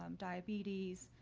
um diabetes,